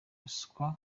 ruswa